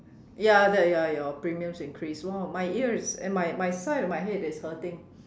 ya that ya your premiums increase !wow! my ear is my my side of my head is hurting